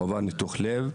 הוא עבר ניתוח לב.